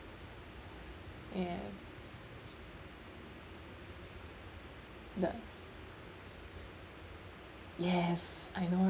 ya the yes I know